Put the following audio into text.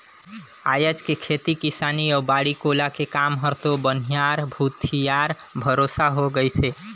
आयज के खेती किसानी अउ बाड़ी कोला के काम हर तो बनिहार भूथी यार भरोसा हो गईस है